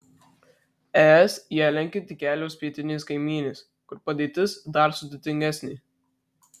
es ją lenkia tik kelios pietinės kaimynės kur padėtis dar sudėtingesnė